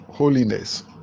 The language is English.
holiness